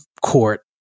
court